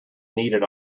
needed